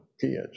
kids